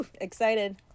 excited